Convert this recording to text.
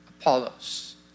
Apollos